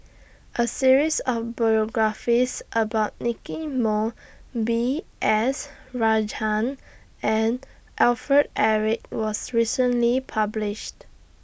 A series of biographies about Nicky Moey B S Rajhans and Alfred Eric was recently published